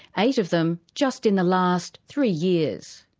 eight of them just in the last three years.